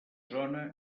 zona